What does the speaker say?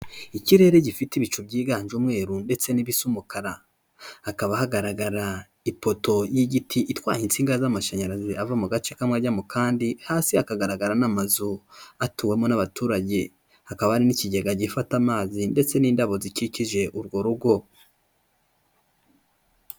Ikirere gifite ibicu byiganje umweru ndetse n'ibisa umukara, hakaba hagaragara ipoto y'igiti itwaye insinga z'amashanyarazi ava mu gace kamwe ajya mu kandi, hasi hakagaragara n'amazu atuwemo n'abaturage, hakaba hari n'ikigega gifata amazi ndetse n'indabo zikikije urwo rugo.